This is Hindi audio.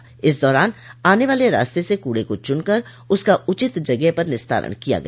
इस दौरान आने वाले रास्ते से कूड़े को चूनकर उसका उचित जगह पर निस्तारण किया गया